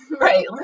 Right